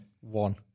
One